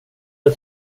jag